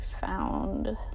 found